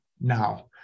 now